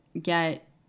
get